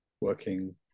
working